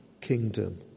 kingdom